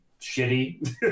shitty